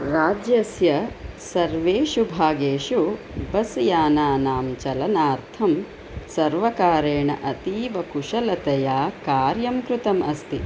राज्यस्य सर्वेषु भागेषु बस् यानानां चलनार्थं सर्वकारेण अतीव कुशलतया कार्यं कृतम् अस्ति